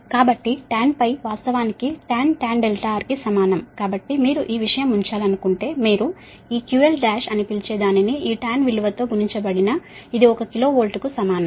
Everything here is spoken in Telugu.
'కాబట్టి tan వాస్తవానికి tan R కి సమానం కాబట్టి మీరు ఈ విషయం ఉంచాలనుకుంటే మీరు ఈ QL1అని పిలిచే దానిని ఈ tan విలువతో గుణించబడిన ఇది ఒక కిలో వోల్ట్కు సమానం